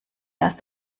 erst